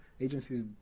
Agencies